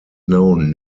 known